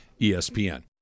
ESPN